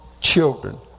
children